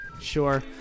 Sure